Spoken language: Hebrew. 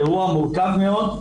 אירוע מורכב מאוד.